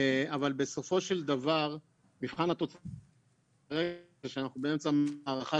אבל בסופו של דבר מבחן התוצאה זה שאנחנו באמצע מערכה